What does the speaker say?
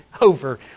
over